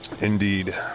Indeed